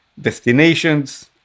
destinations